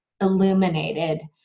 illuminated